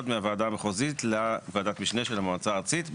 מהוועדה המחוזית לוועדת המשנה של המועצה הארצית.